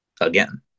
Again